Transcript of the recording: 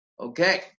Okay